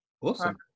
Awesome